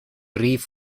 rhif